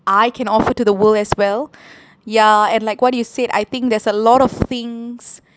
I can offer to the world as well ya and like what you said I think there's a lot of things